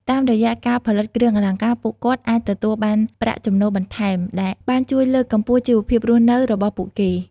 តាមរយៈការផលិតគ្រឿងអលង្ការ ពួកគាត់អាចទទួលបានប្រាក់ចំណូលបន្ថែម ដែលបានជួយលើកកម្ពស់ជីវភាពរស់នៅរបស់ពួកគេ។